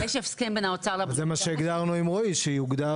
זה מה שהגדרנו עם רועי, שיוגדר כאן.